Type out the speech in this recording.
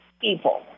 people